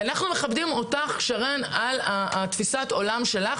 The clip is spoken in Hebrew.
ואנחנו מכבדים אותך על תפיסת העולם שלך